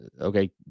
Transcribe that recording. okay